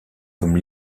comme